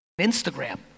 Instagram